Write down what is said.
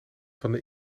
van